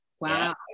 Wow